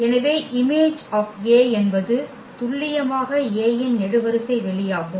எனவே Im என்பது துல்லியமாக A இன் நெடுவரிசை வெளியாகும்